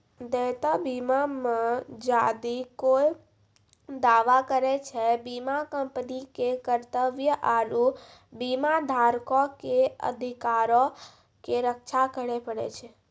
देयता बीमा मे जदि कोय दावा करै छै, बीमा कंपनी के कर्तव्य आरु बीमाधारको के अधिकारो के रक्षा करै पड़ै छै